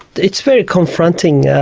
it's very confronting.